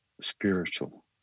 spiritual